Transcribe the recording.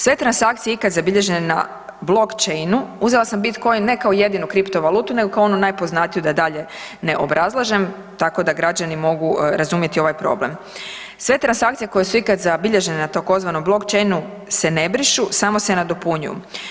Sve transakcije ikad zabilježene na blokčejnu, uzela sam bitcoin ne kao jedinu kripto valutu nego kao onu najpoznatiju da dalje ne obrazlažem tako da građani mogu razumjeti ovaj problem, sve transakcije koje su ikad zabilježene na tzv. blokčejnu se ne brišu, samo se nadopunjuju.